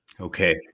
Okay